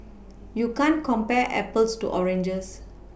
you can't compare Apples to oranges